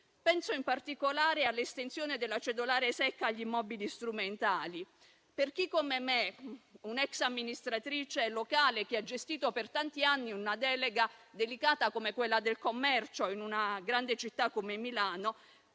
Penso, in particolare, all'estensione della cedolare secca agli immobili strumentali: da ex amministratrice locale che ha gestito per tanti anni una delega delicata come quella del commercio in una grande città come Milano,